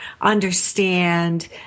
understand